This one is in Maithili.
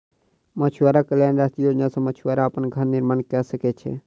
मछुआरा कल्याण राष्ट्रीय योजना सॅ मछुआरा अपन घर निर्माण कय सकै छै